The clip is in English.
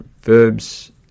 verbs